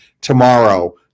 tomorrow